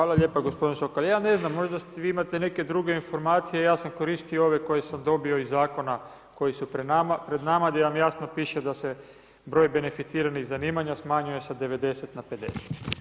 Hvala lijepo gospodin Sokol, ali ja ne znam, možda vi imate neke druge informacije, ja sam koristio ove koje sam dobio iz zakona koji su pred nama gdje vam jasno piše da se broj beneficiranih zanimanja smanjuje sa 90 na 50.